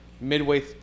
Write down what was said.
midway